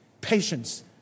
patience